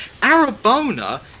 arabona